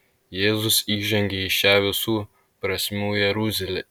jėzus įžengia į šią visų prasmių jeruzalę